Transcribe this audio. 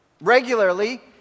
regularly